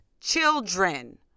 children